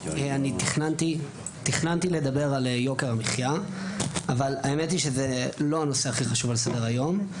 תכננתי לדבר על יוקר המחיה אבל זה לא הנושא הכי חשוב על סדר-היום.